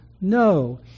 no